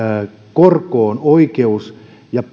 korkoon ja